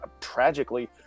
tragically